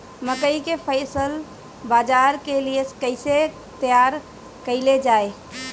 मकई के फसल बाजार के लिए कइसे तैयार कईले जाए?